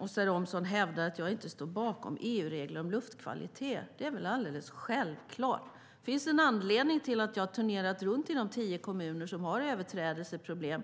Åsa Romson hävdar att jag inte står bakom EU-reglerna om luftkvalitet. Det är väl alldeles självklart att jag gör. Det finns en anledning till att jag turnerat runt i de tio kommuner som har överträdelseproblem.